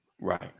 right